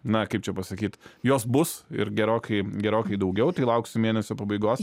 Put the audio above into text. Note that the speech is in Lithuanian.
na kaip čia pasakyt jos bus ir gerokai gerokai daugiau tai lauksim mėnesio pabaigos